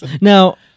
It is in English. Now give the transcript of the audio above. now